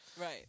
Right